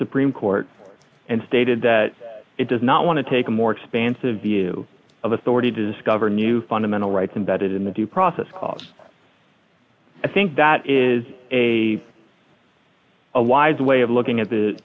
supreme court and stated that it does not want to take a more expansive view of authority to discover new fundamental rights embedded in the due process because i think that is a a wise way of looking at the